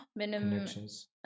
Connections